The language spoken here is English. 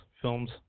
films